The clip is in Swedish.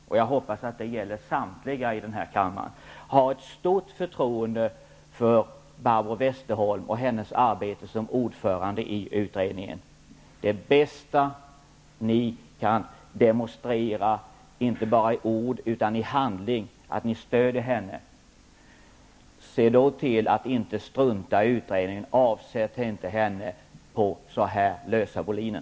Om det nu är på det sättet, Kent Carlsson, att vi har ett stort förtroende för Barbro Westerholm och hennes arbete som ordförande i utredningen -- jag hoppas att det gäller samtliga i denna kammare -- är det bästa som Socialdemokraterna kan demonstrera inte bara i ord utan även i handling att ni stöder henne. Se då till att ni inte struntar i utredningen. Avsätt inte henne på så lösa boliner.